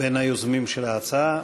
בין היוזמים של ההצעה.